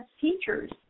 teachers